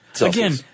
Again